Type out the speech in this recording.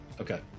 Okay